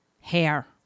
hair